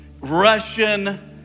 Russian